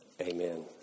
Amen